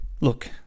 Look